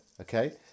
okay